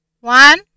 one